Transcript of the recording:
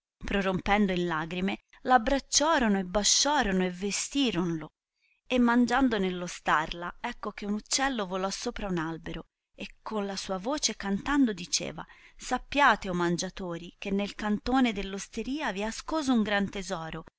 prorompendo in lagrime la abbracciorono e basciorono e vestironlo e mangiando nell ostarla ecco che un uccello volò sopra un albero e con la sua voce cantando diceva sappiate o mangiatori che nel cantone dell'osteria vi è ascoso un gran tesoro